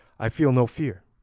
i feel no fear,